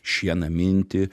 šieną minti